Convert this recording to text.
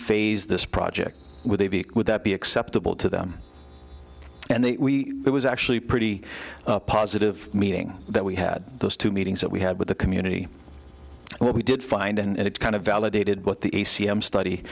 rephrase this project would they be would that be acceptable to them and they it was actually pretty positive meeting that we had those two meetings that we had with the community what we did find and it kind of validated what the a c m study